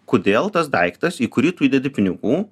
kodėl tas daiktas į kurį tu įdedi pinigų